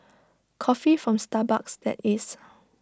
coffee from Starbucks that is